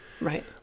Right